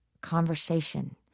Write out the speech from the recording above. conversation